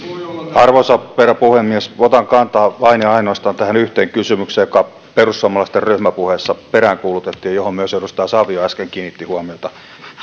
arvoisa herra puhemies otan kantaa vain ja ja ainoastaan tähän yhteen kysymykseen jota perussuomalaisten ryhmäpuheessa peräänkuulutettiin ja johon myös edustaja savio äsken kiinnitti huomiota